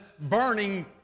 burning